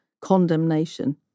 condemnation